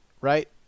right